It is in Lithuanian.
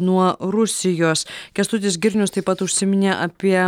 nuo rusijos kęstutis girnius taip pat užsiminė apie